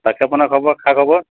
তাকে আপোনালোকৰ খা খবৰ